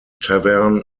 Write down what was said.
tavern